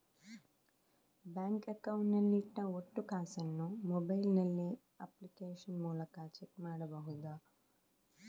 Bank account ನಲ್ಲಿ ಇಟ್ಟ ಒಟ್ಟು ಕಾಸನ್ನು ಮೊಬೈಲ್ ನಲ್ಲಿ ಅಪ್ಲಿಕೇಶನ್ ಮೂಲಕ ಚೆಕ್ ಮಾಡಬಹುದಾ?